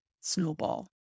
snowball